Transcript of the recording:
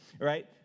right